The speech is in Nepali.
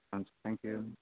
हुन्छ थ्याङ्कयू